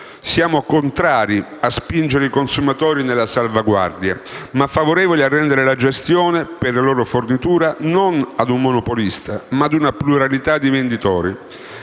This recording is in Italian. Siamo contrari a spingere i consumatori nella salvaguardia, ma favorevoli a rendere la gestione per la loro fornitura non a un monopolista, ma a una pluralità di venditori.